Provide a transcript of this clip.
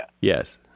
Yes